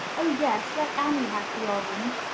oh, yes, let annie have the orange,